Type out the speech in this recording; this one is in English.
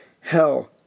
hell